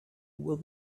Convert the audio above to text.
will